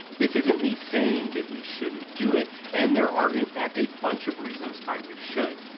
this isn't me saying that we shouldn't do it, and there are, in fact, a bunch of reasons why we should.